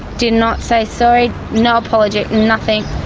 did not say sorry, no apology, nothing.